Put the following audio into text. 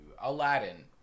Aladdin